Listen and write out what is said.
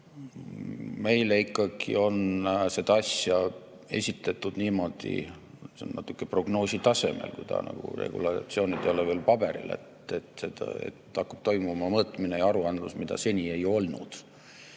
Meile ikkagi on seda asja esitletud niimoodi – see on natuke prognoosi tasemel, kuna regulatsioonid ei ole veel paberil –, et hakkab toimuma mõõtmine ja aruandlus, mida seni ei olnud.